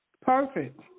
Perfect